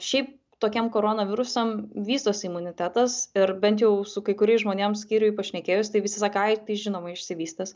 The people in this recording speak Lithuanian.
šiaip tokiem koronavirusam vystosi imunitetas ir bent jau su kai kuriais žmonėm skyriuj pašnekėjus tai visi zakai tai žinoma išsivystęs